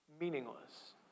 meaningless